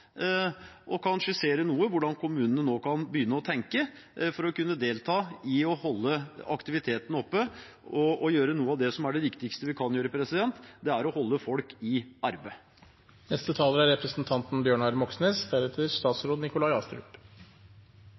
og kan skissere opp noe om hvordan kommunene kan begynne å tenke for å kunne delta i å holde aktiviteten oppe og gjøre noe av det som er det viktigste vi kan gjøre, som er å holde folk i arbeid.